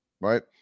right